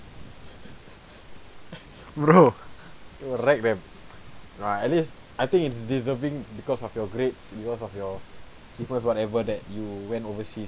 bro you were right then ah at least I think it's deserving because of your grades because of your achievements whatever that you went overseas